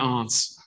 answer